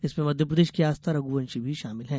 इसमें मध्यप्रदेश की आस्था रघुवंशी भी शामिल हैं